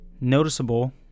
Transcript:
noticeable